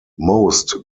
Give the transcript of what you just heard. most